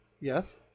Yes